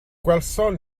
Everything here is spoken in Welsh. gwelsom